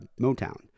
Motown